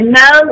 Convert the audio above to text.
no